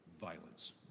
Violence